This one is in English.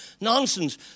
Nonsense